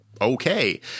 okay